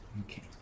Okay